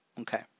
Okay